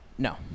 No